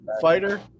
fighter